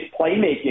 playmaking